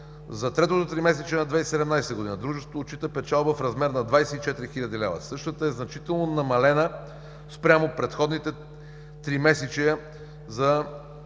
За третото тримесечие на 2017 г., дружеството отчита печалба в размер на 24 хил. лв. Същата е значително намалена спрямо предходните тримесечия,